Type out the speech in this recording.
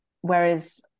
whereas